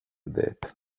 det